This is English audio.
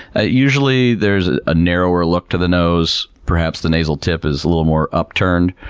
ah usually there's a narrower look to the nose. perhaps the nasal tip is a little more upturned